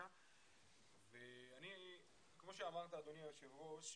שכמו שאמרת אדוני היושב ראש,